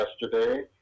yesterday